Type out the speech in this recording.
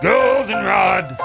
Goldenrod